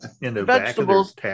vegetables